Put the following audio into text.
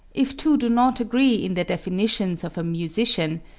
if two do not agree in their definitions of a musician,